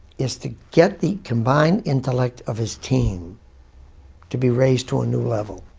is to get the combined intellect of his team to be raised to a new level,